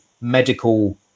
medical